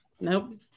Nope